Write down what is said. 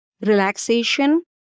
relaxation